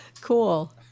cool